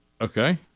Okay